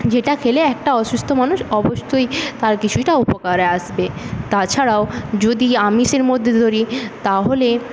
যেটা খেলে একটা অসুস্থ মানুষ অবশ্যই তার কিছুটা উপকারে আসবে তাছাড়াও যদি আমিষের মধ্যে ধরি তাহলে